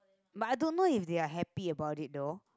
but I don't know if they're happy about it though